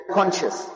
conscious